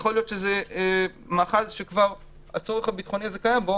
יכול להיות שזה מאחז שהצורך הביטחוני הזה קיים בו